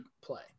play